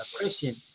Christian